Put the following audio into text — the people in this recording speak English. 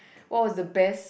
what was the best